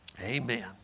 Amen